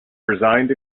resigned